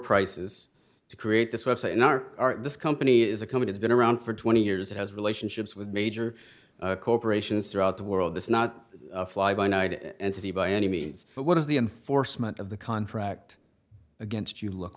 prices to create this website in our this company is a company has been around for twenty years it has relationships with major corporations throughout the world this is not a fly by night entity by any means but what is the enforcement of the contract against you look